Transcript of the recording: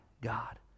God